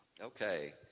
Okay